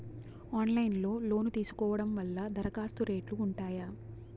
Online లో loan తీసుకోవడం వల్ల దరఖాస్తు రేట్లు ఉంటాయా?